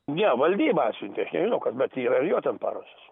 ne valdyba atsiuntė aš nežinau bet yra ir jo ten parašas